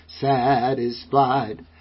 satisfied